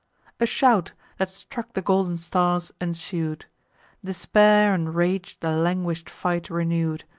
a shout, that struck the golden stars, ensued despair and rage the languish'd fight renew'd.